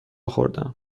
خوردهام